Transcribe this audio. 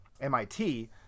MIT